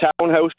townhouse